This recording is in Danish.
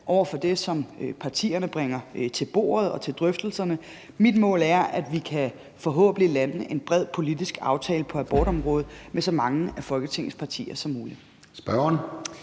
over for det, som partierne bringer til bordet og til drøftelserne. Mit mål er, at vi forhåbentlig kan lande en bred politisk aftale på abortområdet med så mange af Folketingets partier som muligt.